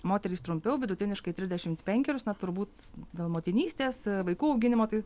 moterys trumpiau vidutiniškai trisdešimt penkerius na turbūt dėl motinystės vaikų auginimo tai